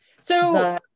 So-